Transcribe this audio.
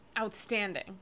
outstanding